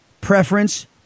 preference